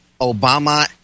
Obama